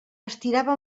estirava